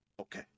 okay